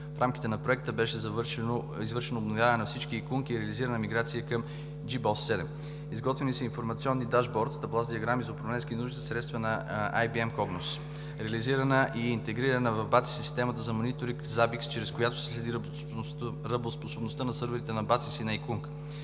В рамките на проекта беше извършено обновяване на всички ИКУНК и реализиране на миграция към JBoss 7; изготвени са информационни табла с диаграми за управленски нужди и средства на IBM Cognos; реализирана е и интегрирана в БАЦИС система за мониторинг Zabbix, чрез която се следи работоспособността на сървърите на БАЦИС и на ИКУНК;